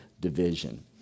division